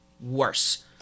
worse